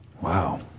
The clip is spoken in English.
Wow